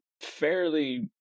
fairly